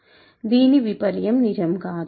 దీని విపర్యమ్ నిజం కాదు